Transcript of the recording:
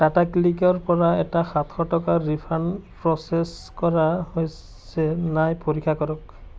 টাটা ক্লিকৰ পৰা এটা সাতশ টকাৰ ৰিফাণ্ড প্ৰ'চেছ কৰা হৈছে নাই পৰীক্ষা কৰক